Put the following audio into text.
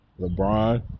LeBron